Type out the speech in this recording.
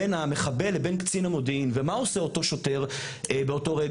בין המחבל ובין קצין המודיעין - ומה עושה אותו שוטר באותו רגע,